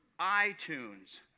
iTunes